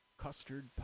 custard